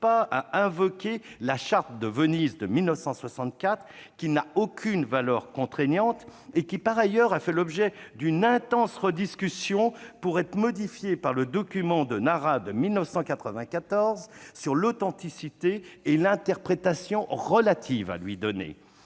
à invoquer la Charte de Venise de 1964, qui n'a aucune valeur contraignante et qui, par ailleurs, a fait l'objet d'une intense rediscussion pour être modifiée par le Document de Nara de 1994 sur l'authenticité et l'interprétation relative à lui donner.